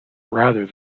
rather